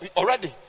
already